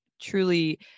truly